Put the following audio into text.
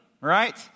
right